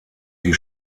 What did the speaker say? die